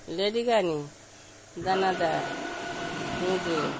লেডিকেনি দানাদার বোঁদে